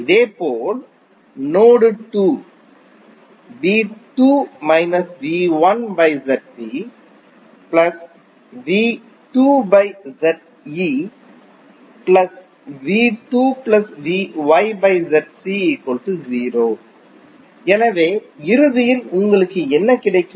இதேபோல் நோடு 2 எனவே இறுதியில் உங்களுக்கு என்ன கிடைக்கும்